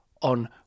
on